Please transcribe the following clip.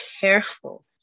careful